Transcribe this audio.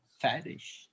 fetish